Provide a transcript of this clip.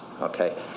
Okay